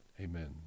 Amen